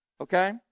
Okay